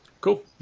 cool